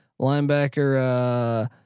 Linebacker